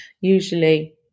usually